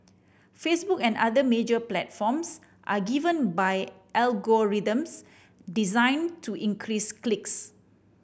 Facebook and other major platforms are given by algorithms designed to increase clicks